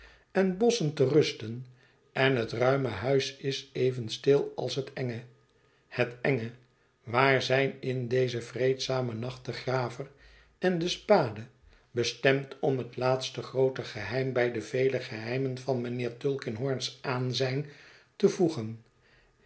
en bosschen te rusten en het ruime huis is even stil als het enge het enge waar zijn in dezen vreedzamen nacht de graver en de spade bestemd om het laatste groote geheim bij de vele geheimen van mijnheer tulkinghorn's aanzijn te voegen